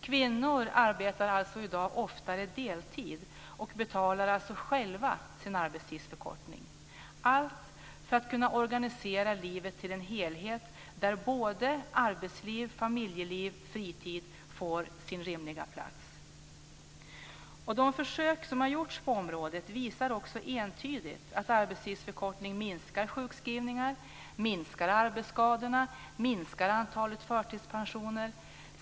Kvinnor arbetar alltså i dag oftare deltid och betalar således själva sin arbetstidsförkortning; allt för att kunna organisera livet till en helhet där arbetsliv, familjeliv och fritid får sin rimliga plats. De försök som har gjorts på området visar också entydigt att arbetstidsförkortning minskar sjukskrivningar, arbetsskador och antalet förtidspensioner.